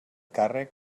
càrrec